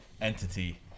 entity